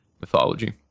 mythology